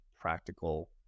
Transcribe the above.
practical